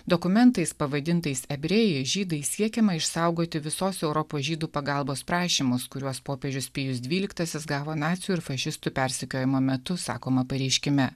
dokumentais pavadintais ebrėji žydai siekiama išsaugoti visos europos žydų pagalbos prašymus kuriuos popiežius pijus dvyliktasis gavo nacių ir fašistų persekiojimo metu sakoma pareiškime